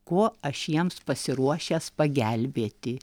kuo aš jiems pasiruošęs pagelbėti